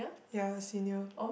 ya senior